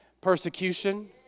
Persecution